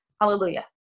hallelujah